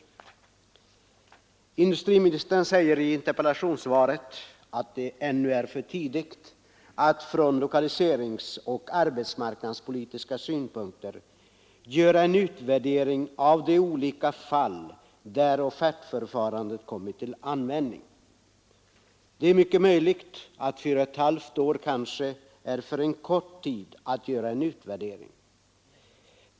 Industriministern säger i interpellationssvaret att det ännu är för tidigt att från lokaliseringsoch arbetsmarknadspolitiska synpunkter göra en utvärdering av de olika fall där offertförfarandet kommit till användning. Det är möjligt att fyra och ett halvt år är för kort tid för att man skall kunna göra en utvärdering.